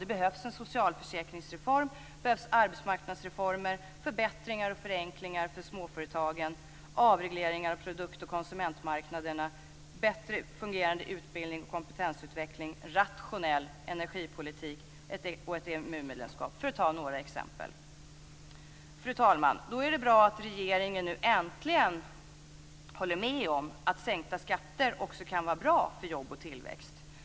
Det behövs en socialförsäkringsreform, arbetsmarknadsreformer, förbättringar och förenklingar för småföretagen, avregleringar av produkt och konsumentmarknaderna, bättre fungerande utbildning och kompetensutveckling, rationell energipolitik och ett EMU-medlemskap för att ta några exempel. Fru talman! Därför är det bra att regeringen nu äntligen håller med om att sänkta skatter också kan vara bra för jobb och tillväxt.